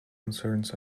concerns